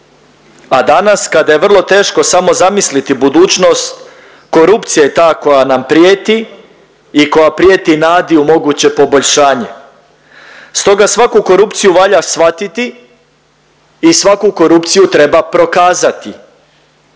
a danas kada je vrlo teško samo zamisliti budućnost korupcija je ta koja nam prijeti i koja prijeti nadi u moguće poboljšanje. Stoga svaku korupciju valja shvatiti i svaku korupciju treba prokazati,